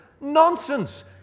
nonsense